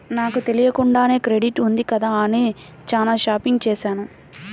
నాకు తెలియకుండానే క్రెడిట్ ఉంది కదా అని చానా షాపింగ్ చేశాను